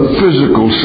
physical